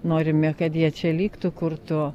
norime kad jie čia liktų kurtų